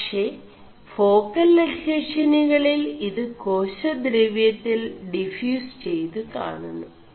പേ േഫാ ൽ അഡ്െഹഷനുകളിൽ ഇത് േകാശ4ദവçøിൽ ഡിഫçøസ് െചയ്ത് കാണുMു